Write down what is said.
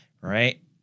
right